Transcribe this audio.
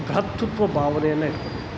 ಭ್ರಾತೃತ್ವ ಭಾವನೆಯನ್ನು ಇಟ್ಕೊಬೇಕು